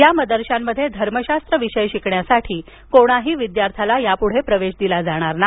या मदरशांमध्ये धर्मशास्त्र विषय शिकण्यासाठी कोणाही विद्यार्थ्याला प्रवेश दिला जाणार नाही